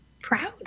proud